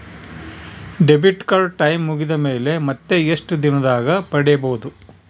Debit card time ಮುಗಿದ ಮೇಲೆ ಮತ್ತೆ ಎಷ್ಟು ದಿನದಾಗ ಪಡೇಬೋದು?